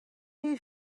you